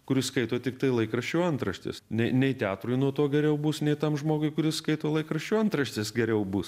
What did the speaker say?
kuris skaito tiktai laikraščių antraštes nei nei teatrui nuo to geriau bus nei tam žmogui kuris skaito laikraščių antraštes geriau bus